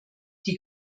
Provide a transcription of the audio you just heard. die